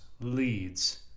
Leads